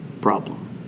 problem